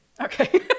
Okay